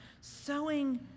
sowing